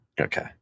Okay